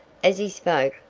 as he spoke,